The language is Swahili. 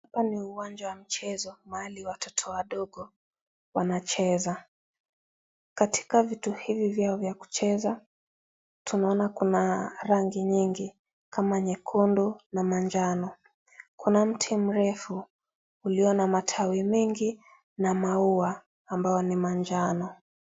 Hapa ni uwanjani wa mchezo, mahali watoto wadogo wanacheza. Katika vitu hivi vyao vya kucheza, tunaona kuna rangi nyingi kama, nyekundu na manjano. Kuna mti mrefu ulio na matawi mengi na maua, ambao ni manjano.